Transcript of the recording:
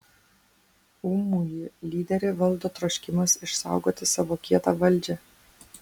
ūmųjų lyderį valdo troškimas išsaugoti savo kietą valdžią